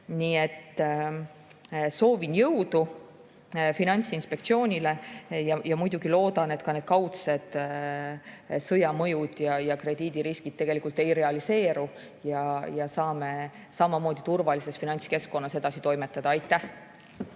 Nii et soovin jõudu Finantsinspektsioonile. Muidugi loodan, et kaudsed sõjamõjud ja krediidiriskid tegelikult ei realiseeru ja me saame samamoodi turvalises finantskeskkonnas edasi toimetada. Aitäh!